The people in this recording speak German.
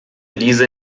diese